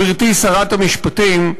גברתי שרת המשפטים,